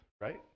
right